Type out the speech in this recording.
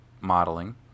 modeling